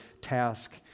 task